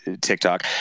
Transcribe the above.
TikTok